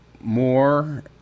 more